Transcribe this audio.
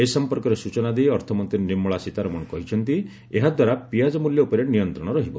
ଏ ସମ୍ପର୍କରେ ସ୍କଚନା ଦେଇ ଅର୍ଥମନ୍ତ୍ରୀ ନିର୍ମଳା ସୀତାରମଣ କହିଛନ୍ତି ଏହାଦ୍ୱାରା ପିଆଜ ମଲ୍ୟ ଉପରେ ନିୟନ୍ତ୍ରଣ ରହିବ